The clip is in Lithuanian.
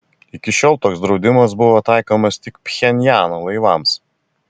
iki šiol toks draudimas buvo taikomas tik pchenjano laivams